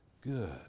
good